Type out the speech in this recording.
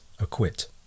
acquit